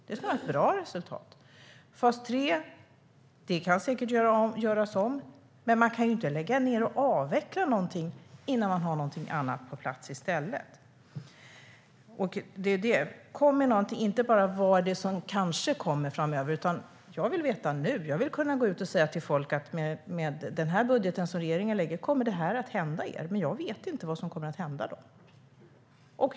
Det är ett bra resultat. Fas 3 kan säkert göras om, men man kan inte avveckla något innan man har något annat på plats. Jag vill inte veta vad som kanske kommer framöver. Jag vill veta nu. Jag vill kunna säga till folk att med regeringens budget kommer detta att hända med er. Men jag vet inte vad som kommer att hända med dem.